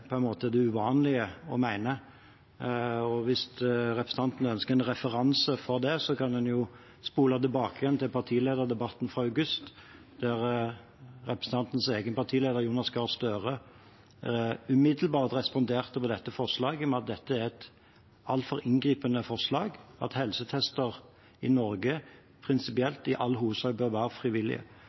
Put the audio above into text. på en måte er det uvanlige å mene. Hvis representanten ønsker en referanse for det, kan en spole tilbake igjen til partilederdebatten fra august, der representantens egen partileder, Jonas Gahr Støre, umiddelbart responderte på dette forslaget med at dette er et altfor inngripende forslag, at helsetester i Norge prinsipielt i all hovedsak bør være frivillige.